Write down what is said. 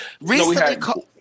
recently